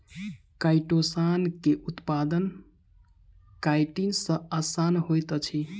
chitosan के उत्पादन chitin सॅ आसान होइत अछि